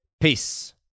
Peace